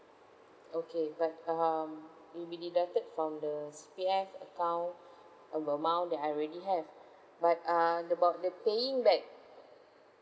okay but um will be deducted from the C_P_F account uh the amount that I already have but uh about the paying back